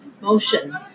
motion